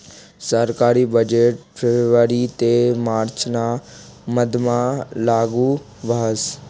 सरकारी बजेट फेब्रुवारी ते मार्च ना मधमा लागू व्हस